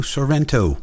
Sorrento